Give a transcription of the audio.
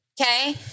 okay